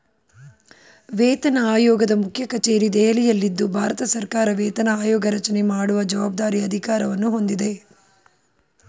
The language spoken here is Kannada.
ವೇತನಆಯೋಗದ ಮುಖ್ಯಕಚೇರಿ ದೆಹಲಿಯಲ್ಲಿದ್ದು ಭಾರತಸರ್ಕಾರ ವೇತನ ಆಯೋಗರಚನೆ ಮಾಡುವ ಜವಾಬ್ದಾರಿ ಅಧಿಕಾರವನ್ನು ಹೊಂದಿದೆ